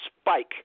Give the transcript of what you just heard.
spike